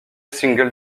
single